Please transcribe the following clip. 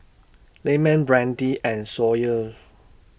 Lyman Brandi and Sawyer